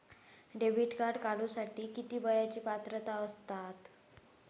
Debit card काढूसाठी किती वयाची पात्रता असतात?